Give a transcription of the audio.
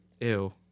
Ew